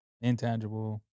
intangible